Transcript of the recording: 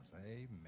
amen